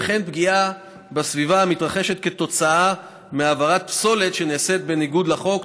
פגיעה בסביבה המתרחשת כתוצאה מהעברת פסולת שנעשית בניגוד לחוק,